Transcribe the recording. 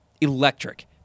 electric